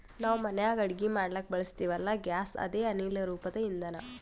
ನಾವ್ ಮನ್ಯಾಗ್ ಅಡಗಿ ಮಾಡ್ಲಕ್ಕ್ ಬಳಸ್ತೀವಲ್ಲ, ಗ್ಯಾಸ್ ಅದೇ ಅನಿಲ್ ರೂಪದ್ ಇಂಧನಾ